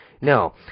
No